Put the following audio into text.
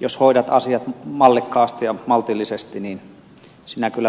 jos hoidat asiat mallikkaasti ja maltillisesti niin sinä kyllä pärjäät